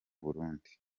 burundi